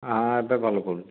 ହଁ ଏବେ ଭଲ ପଡ଼ୁଛି